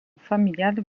familiale